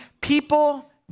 People